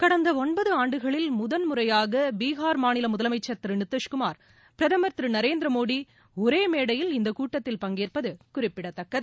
கடந்த ஒன்பது ஆண்டுகளில் முதன்முறையாக பீகார் மாநில முதலமைச்சர் திரு நிதிஷ்குமார் பிரதமர் திரு நரேந்திர மோடி ஒரே மேடையில் இந்த கூட்டத்தில் பங்கேற்பது குறிப்பிடத்தக்கது